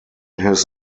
his